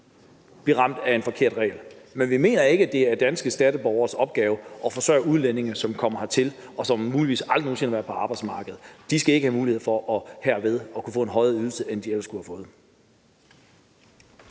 blive ramt af en forkert regel. Men vi mener ikke, at det er danske skatteborgeres opgave at forsørge udlændinge, som kommer hertil, og som muligvis aldrig nogen sinde har været på arbejdsmarkedet. De skal ikke have mulighed for herved at kunne få en højere ydelse, end de ellers kunne have fået.